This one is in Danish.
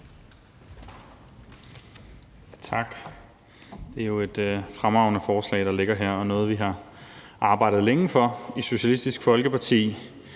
Tak. Det er jo et fremragende forslag, der ligger her, og noget, vi har arbejdet længe for i Socialistisk Folkeparti.